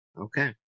Okay